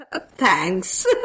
Thanks